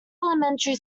elementary